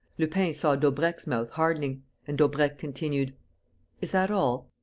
lupin saw daubrecq's mouth hardening and daubrecq continued is that all?